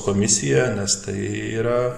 komisija nes tai yra